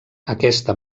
aquesta